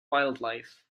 wildlife